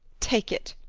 take it.